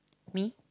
me